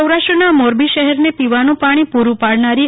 સૌરાષ્ટ્રના મોરબી શહેરને પીવાનું પાણી પૂટું પાડનારી રૂ